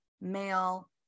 male